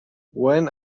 when